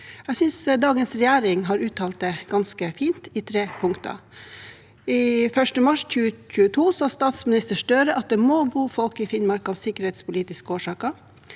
Jeg synes dagens regjering har uttalt det ganske fint i tre punkter: Den 1. mars 2022 sa statsminister Støre at det må bo folk i Finnmark av sikkerhetspolitiske årsaker.